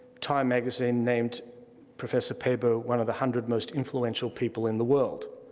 time magazine named professor paabo one of the hundred most influential people in the world.